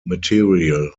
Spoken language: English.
material